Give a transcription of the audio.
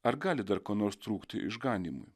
ar gali dar ko nors trūkti išganymui